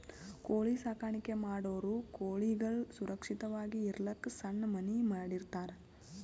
ಕೋಳಿ ಸಾಕಾಣಿಕೆ ಮಾಡೋರ್ ಕೋಳಿಗಳ್ ಸುರಕ್ಷತ್ವಾಗಿ ಇರಲಕ್ಕ್ ಸಣ್ಣ್ ಮನಿ ಮಾಡಿರ್ತರ್